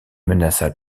menaça